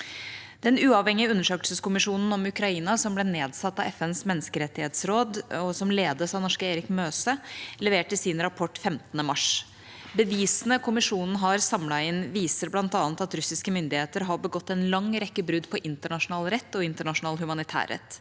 Den uavhengige undersøkelseskommisjonen om Ukraina, som ble nedsatt av FNs menneskerettighetsråd og ledes av norske Erik Møse, leverte sin rapport 15. mars. Bevisene kommisjonen har samlet inn, viser bl.a. at russiske myndigheter har begått en lang rekke brudd på internasjonal rett og internasjonal humanitærrett.